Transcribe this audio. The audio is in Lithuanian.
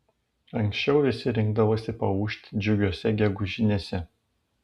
anksčiau visi rinkdavosi paūžt džiugiose gegužinėse